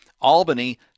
Albany